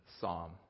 Psalm